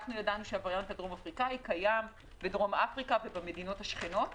ידענו שהוא קיים בדרום אפריקה ובמדינות השכנות.